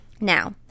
Now